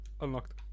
Unlocked